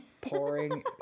Pouring